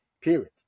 period